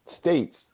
states